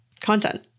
content